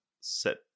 set